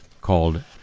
called